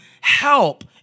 help